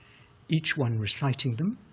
each one reciting them,